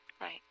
right